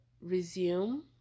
resume